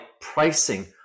pricing